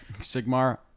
Sigmar